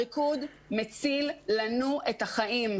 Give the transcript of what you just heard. הריקוד מציל לנו את החיים,